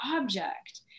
object